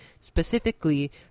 Specifically